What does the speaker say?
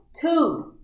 Two